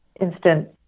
instant